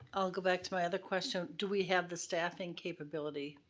i'll go back to my other question. do we have the staffing capability